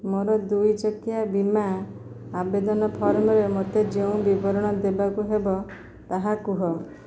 ମୋର ଦୁଇ ଚକିଆ ବୀମା ଆବେଦନ ଫର୍ମରେ ମୋତେ ଯେଉଁ ବିବରଣ ଦେବାକୁ ହେବ ତାହା କୁହ